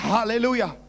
Hallelujah